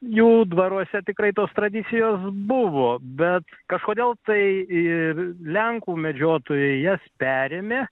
jų dvaruose tikrai tos tradicijos buvo bet kažkodėl tai ir lenkų medžiotojai jas perėmė